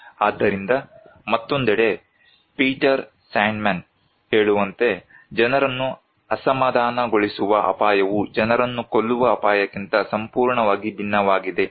ಆದ್ದರಿಂದ ಮತ್ತೊಂದೆಡೆ Peter Sandman ಹೇಳುವಂತೆ ಜನರನ್ನು ಅಸಮಾಧಾನಗೊಳಿಸುವ ಅಪಾಯವು ಜನರನ್ನು ಕೊಲ್ಲುವ ಅಪಾಯಕ್ಕಿಂತ ಸಂಪೂರ್ಣವಾಗಿ ಭಿನ್ನವಾಗಿದೆ